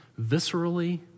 viscerally